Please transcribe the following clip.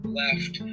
left